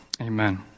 Amen